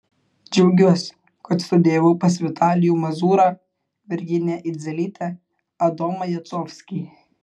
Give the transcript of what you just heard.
džiaugiuosi kad studijavau pas vitalijų mazūrą virginiją idzelytę adomą jacovskį